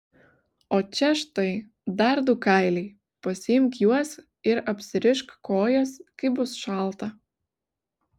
o čia štai dar du kailiai pasiimk juos ir apsirišk kojas kai bus šalta